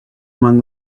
among